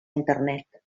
internet